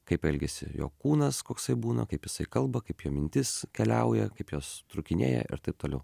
kaip elgiasi jo kūnas koksai būna kaip jisai kalba kaip jo mintis keliauja kaip jos trūkinėja ir taip toliau